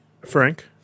Frank